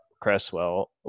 Cresswell